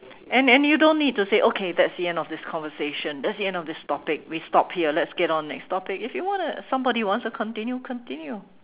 and and you don't need to say okay that's the end of this conversation that's the end of this topic we stop here let's get on next topic if you wanna somebody wants to continue continue